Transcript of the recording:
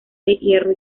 hierro